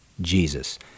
Jesus